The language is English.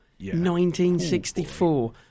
1964